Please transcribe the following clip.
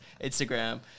Instagram